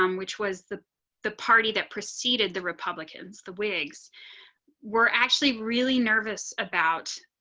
um which was the the party that preceded the republicans the wigs were actually really nervous about